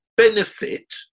benefit